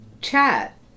chat